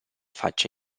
faccia